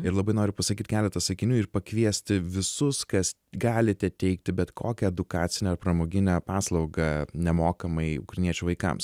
ir labai noriu pasakyt keletą sakinių ir pakviesti visus kas galite teikti bet kokią edukacinę ar pramoginę paslaugą nemokamai ukrainiečių vaikams